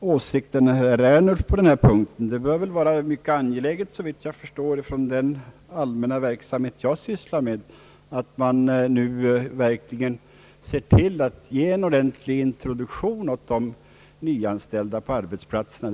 åsikt än herr Ernulf på denna punkt. Det bör såvitt jag förstår vara angeläget att man verkligen ger en ordentlig introduktion åt de nyanställda på arbetsplatserna.